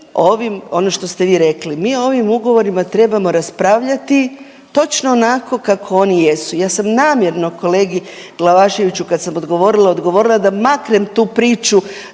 ono što ste vi rekli, mi o ovim ugovorima trebamo raspravljati točno onako kako oni jesu. Ja sam namjerno kolegi Glavaševiću kad sam odgovorila, odgovorila da maknem tu priču